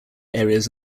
areas